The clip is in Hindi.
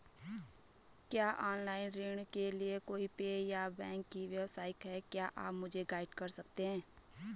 क्या ऑनलाइन ऋण के लिए कोई ऐप या बैंक की वेबसाइट है क्या आप मुझे गाइड कर सकते हैं?